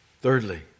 Thirdly